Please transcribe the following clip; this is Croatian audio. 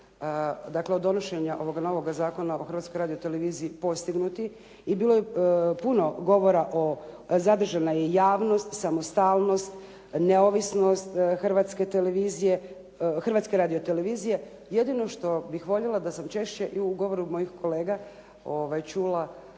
dakle od donošenja ovoga novoga Zakona o Hrvatskoj radioteleviziji postignuti i bilo je puno govora o, zadržana je javnost, samostalnost, neovisnost Hrvatske radiotelevizije. Jedino što bih voljela da sam češće i u govoru mojih kolega čula